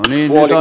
selvä